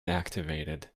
activated